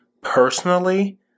personally